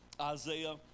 Isaiah